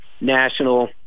national